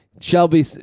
Shelby